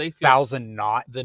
thousand-knot